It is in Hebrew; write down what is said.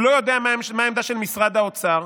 הוא לא יודע מה העמדה של משרד האוצר,